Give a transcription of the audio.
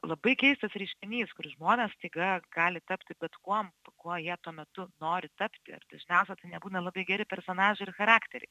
labai keistas reiškinys kur žmonės staiga gali tapti bet kuom kuo jie tuo metu nori tapti ir dažniausia tai nebūna labai geri personažai ir charakteriai